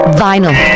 vinyl